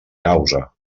causa